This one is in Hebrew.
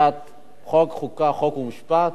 ועדת חוק, חוקה ומשפט.